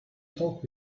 talk